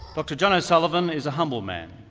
dr john o'sullivan is a humble man.